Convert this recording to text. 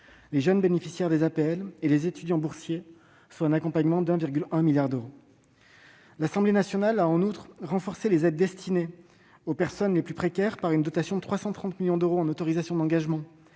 logement (APL) et les étudiants boursiers, soit un accompagnement de 1,1 milliard d'euros. L'Assemblée nationale a, en outre, renforcé les aides destinées aux personnes les plus précaires par une dotation de 330 millions d'euros en autorisations d'engagement